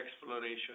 exploration